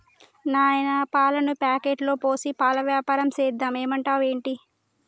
నాయనా పాలను ప్యాకెట్లలో పోసి పాల వ్యాపారం సేద్దాం ఏమంటావ్ ఏంటి